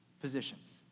positions